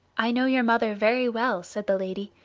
i know your mother very well, said the lady.